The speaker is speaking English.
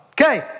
Okay